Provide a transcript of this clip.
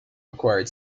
required